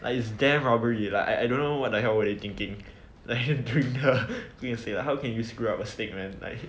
it's damn rubbery like I I don't know what the hell they were thinking say lah like how can you screw up a steak man like